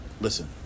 listen